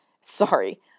Sorry